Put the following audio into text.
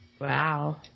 Wow